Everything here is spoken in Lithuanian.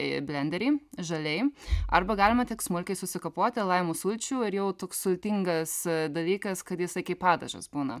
į blenderį žaliai arba galima tik smulkiai susikapoti laimo sulčių ir jau toks sultingas dalykas kad jisai kaip padažas būna